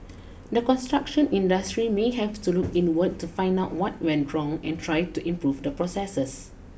the construction industry may have to look inward to find out what went wrong and try to improve the processes